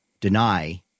deny